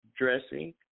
dressing